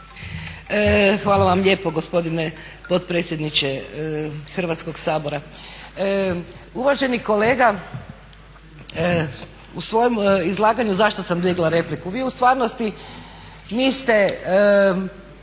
Hvala vam lijepo gospodine potpredsjedniče Hrvatskog sabora. Uvaženi kolega, u svojem izlaganju, zašto sam digla repliku, vi u stvarnosti niste